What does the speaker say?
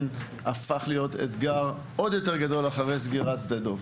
שהפכו להיות אתגר גדול עוד יותר אחרי סגירת שדה דב.